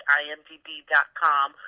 imdb.com